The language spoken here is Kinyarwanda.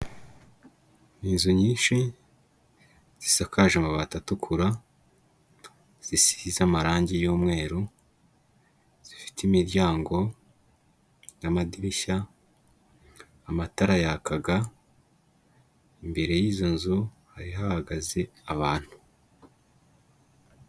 Ni inzu nyinshi zisakaje amabati atukura, zisize amarangi y'umweru, zifite imiryango n'amadirishya, amatara yakaga, imbere y'izo nzu hari hahagaze abantu.